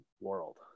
world